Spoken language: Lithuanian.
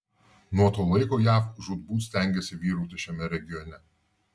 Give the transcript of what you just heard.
nuo to laiko jav žūtbūt stengėsi vyrauti šiame regione